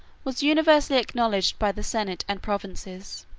was universally acknowledged by the senate and provinces.